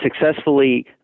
successfully